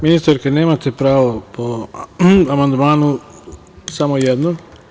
Ministarka, nemate pravo po amandmanu, samo jednom.